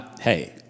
Hey